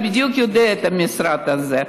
אתה מכיר היטב את המשרד הזה.